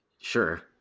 Sure